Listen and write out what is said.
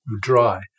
dry